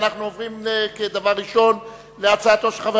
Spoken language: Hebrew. ואנחנו עוברים כדבר ראשון להצעתו של חבר